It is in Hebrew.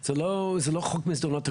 זה לא חוק מסדרונות אקולוגיים.